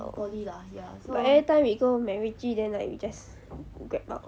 oh but every time we go macritchie then like we just grab out